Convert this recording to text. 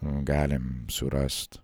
galim surast